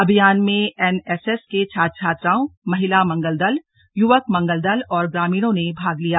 अभियान में एनएसएस के छात्र छात्राओं महिला मंगल दल युवक मंगल दल और ग्रामीणों ने भाग लिया